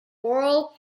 borough